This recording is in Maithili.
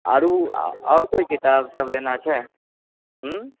आओर आओरर कोई किताब सब लेना छै